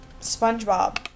Spongebob